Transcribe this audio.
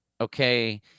okay